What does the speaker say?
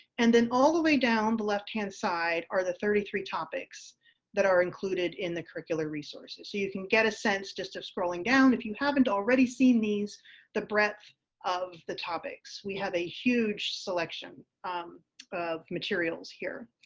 and and all the way down the lefthand side are the thirty three topics that are included in the curricular resources. you you can get a sense just of scrolling down if you haven't already seen these the breath of the topics. we have a huge selection um of materials here.